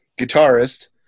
guitarist